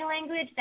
language